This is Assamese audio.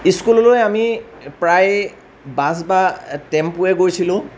স্কুললৈ আমি প্ৰায় বাছ বা টেম্পুৱে গৈছিলোঁ